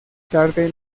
tarde